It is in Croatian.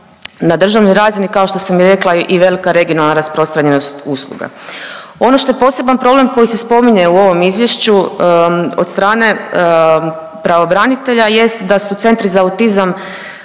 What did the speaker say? na državnoj razini kao što sam i rekla i velika regionalna rasprostranjenost usluga. Ono što je poseban problem koji se spominje u ovom izvješću od stranke pravobranitelja jest da su centri za autizam